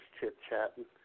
chit-chatting